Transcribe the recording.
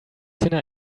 dinner